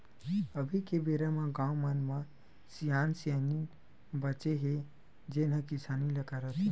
अभी के बेरा म गाँव मन म सियान सियनहिन बाचे हे जेन ह किसानी ल करत हवय